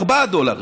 4 דולר,